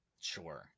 Sure